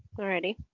alrighty